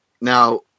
Now